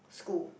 school